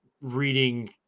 reading